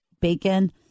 bacon